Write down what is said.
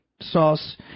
sauce